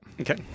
Okay